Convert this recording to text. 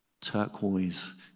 turquoise